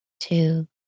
Two